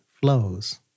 flows